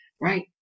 right